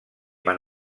van